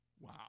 Wow